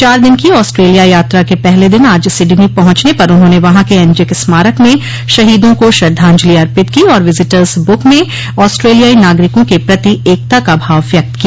चार दिन की आस्ट्रेलिया यात्रा के पहले दिन आज सिडनी पहुंचने पर उन्होंने वहाँ के एंजेक स्मारक में शहीदों को श्रद्धांजलि अर्पित की और विजिटर्स बुक में आस्ट्रेलियाई नागरिकों के प्रति एकता का भाव व्यक्त किया